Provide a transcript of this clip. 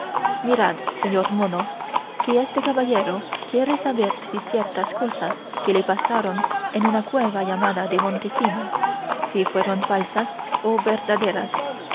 mirad señor mono que este caballero quiere saber si ciertas cosas que le pasaron en una cueva llamada de montesinos si fueron falsas o verdaderas